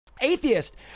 atheist